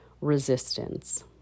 resistance